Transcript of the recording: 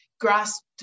grasped